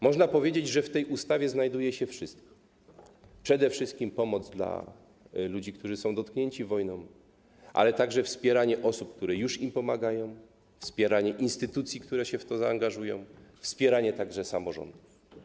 Można powiedzieć, że w tej ustawie znajduje się wszystko, przede wszystkim pomoc dla ludzi, którzy są dotknięci wojną, ale także wspieranie osób, które już im pomagają, wspieranie instytucji, które również się w to zaangażują, i wspieranie samorządów.